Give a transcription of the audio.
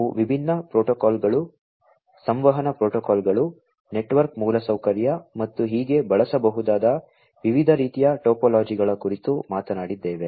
ನಾವು ವಿಭಿನ್ನ ಪ್ರೋಟೋಕಾಲ್ಗಳು ಸಂವಹನ ಪ್ರೋಟೋಕಾಲ್ಗಳು ನೆಟ್ವರ್ಕ್ ಮೂಲಸೌಕರ್ಯ ಮತ್ತು ಹೀಗೆ ಬಳಸಬಹುದಾದ ವಿವಿಧ ರೀತಿಯ ಟೋಪೋಲಾಜಿಗಳ ಕುರಿತು ಮಾತನಾಡಿದ್ದೇವೆ